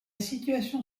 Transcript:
situation